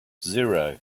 zero